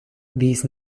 these